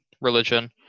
religion